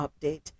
update